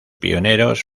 pioneros